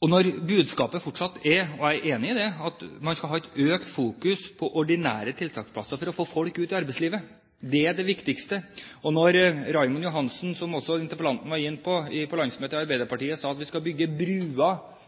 Jeg er enig i at man skal ha et økt fokus på ordinære tiltaksplasser for å få folk ut i arbeidslivet – det er det viktigste. Og når Raymond Johansen på landsmøtet sa – som også interpellanten var inne på – at vi skal bygge bruer inn i